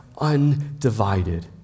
undivided